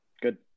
Good